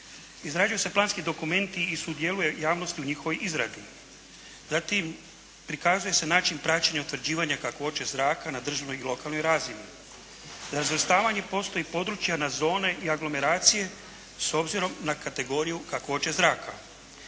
izrađuju se planski dokumenti i sudjeluje javnost u njihovoj izradi. Zatim, prikazuje se način praćenja i utvrđivanja kakvoće zraka na državnoj i lokalnoj razini. Razvrstavanje postoji područja na zone i aglomeracije s obzirom na kategoriju kakvoće zraka.